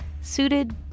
suited